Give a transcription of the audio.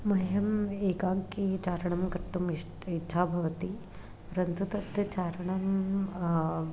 मह्यम् एकाकी चारणं कर्तुम् इष्ट इच्छा भवति परन्तु तत् चारणं